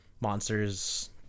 monsters